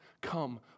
come